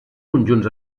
conjunts